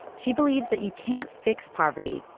she believes that you can't fix poverty,